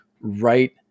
right